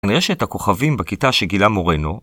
כנראה שאת הכוכבים בכיתה שגילה מורנו